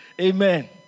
Amen